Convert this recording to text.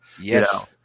Yes